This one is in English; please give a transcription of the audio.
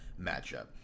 matchup